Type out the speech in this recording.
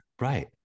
Right